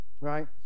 right